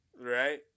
Right